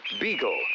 beagle